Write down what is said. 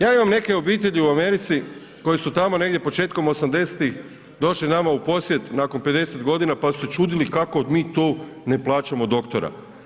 Ja imam neke obitelji u Americi koje su tamo negdje početkom 80 došli nama u posjet nakon 50 godina pa su se čudili kako mi tu ne plaćamo doktora.